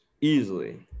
easily